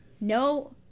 No